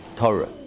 Torah